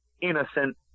innocent